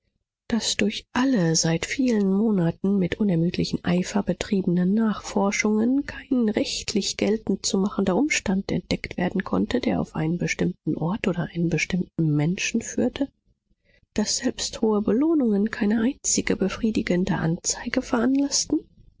daß durch alle seit vielen monaten mit unermüdlichem eifer betriebenen nachforschungen kein rechtlich geltend zu machender umstand entdeckt werden konnte der auf einen bestimmten ort oder einen bestimmten menschen führte daß selbst hohe belohnungen keine einzige befriedigende anzeige veranlaßten